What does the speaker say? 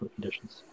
conditions